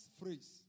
phrase